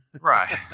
right